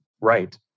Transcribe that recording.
right